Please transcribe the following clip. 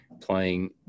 playing